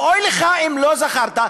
ואוי לך אם לא זכרת,